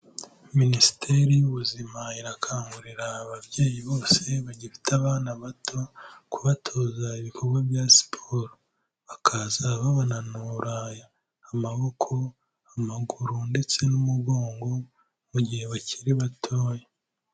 Minisiteri y'ubuzima irakangurira ababyeyi bose bagifite abana bato kubatoza ibikorwa bya siporo. Bakaza babananura amaboko, amaguru ndetse n'umugongo, mu gihe bakiri batoya.